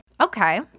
Okay